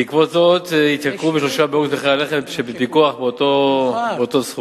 בעקבות זאת התייקרו ב-3 באוקטובר מחירי הלחם שבפיקוח באותו סכום,